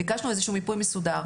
ביקשנו איזשהו מיפוי מסודר.